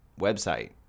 website